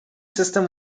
system